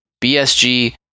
BSG